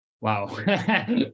Wow